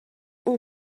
اون